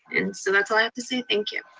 and so that's all i have to say, thank you.